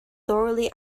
thoroughly